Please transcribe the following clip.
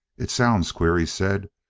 it sounds queer, he said,